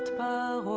but